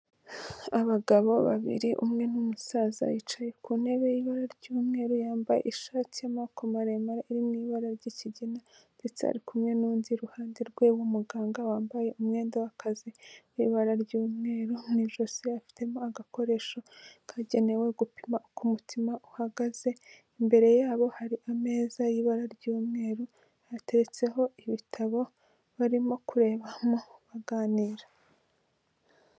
Abagabo babiri umwe ni umusaza yicaye ku ntebe y'ibara ry'umweru yambaye ishati y'amaboko maremare iri mu ibara ry'ikigina ndetse ari kumwe n'undi iruhande rwe w'umuganga wambaye umwenda w'akazi w'ibara ry'umweru, mu ijosi afitemo agakoresho kagenewe gupima uko umutima uhagaze, imbere yabo hari ameza y'ibara ry'umweru hateretseho ibitabo barimo kurebamo baganira.